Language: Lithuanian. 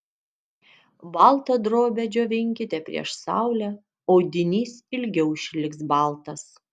baltą drobę džiovinkite prieš saulę audinys ilgiau išliks baltas